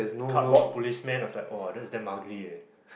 cardboard policeman I was like !wah! that is damn ugly leh